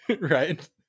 right